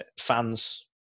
fans